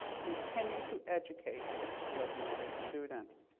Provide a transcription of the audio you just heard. continue to educate extraordinary students.